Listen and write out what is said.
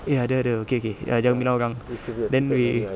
eh ada ada okay okay err jangan bilang orang then we